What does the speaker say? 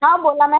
हा बोला मॅम